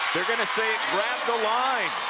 they're going to say it grabbed the line.